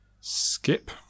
Skip